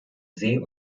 see